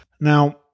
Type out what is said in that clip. Now